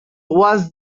was